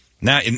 Now